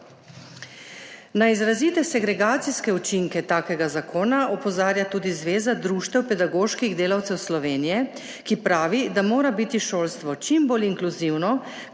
Na izrazite segregacijske učinke takega zakona opozarja tudi Zveza društev pedagoških delavcev Slovenije, ki pravi, da mora biti šolstvo čim bolj inkluzivno,